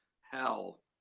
hell